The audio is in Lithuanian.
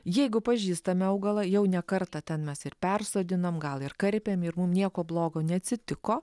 jeigu pažįstame augalą jau ne kartą ten mes ir persodinom gal ir karpėm ir mum nieko blogo neatsitiko